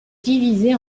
divisée